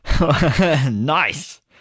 Nice